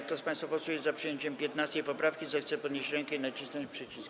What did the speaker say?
Kto z państwa posłów jest za przyjęciem 15. poprawki, zechce podnieść rękę i nacisnąć przycisk.